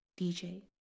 DJ